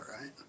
Right